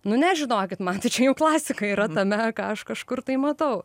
nu ne žinokit man tai čia jau klasika yra tame ką aš kažkur tai matau